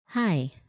Hi